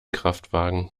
kraftwagen